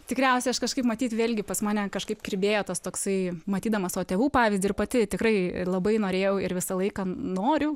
tikriausiai aš kažkaip matyt vėlgi pas mane kažkaip kirbėjo tas toksai matydama savo tėvų pavyzdį ir pati tikrai labai norėjau ir visą laiką noriu